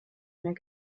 mehr